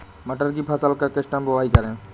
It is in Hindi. मटर की फसल का किस टाइम बुवाई करें?